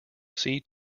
see